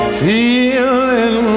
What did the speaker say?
feeling